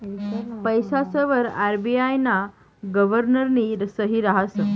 पैसासवर आर.बी.आय ना गव्हर्नरनी सही रहास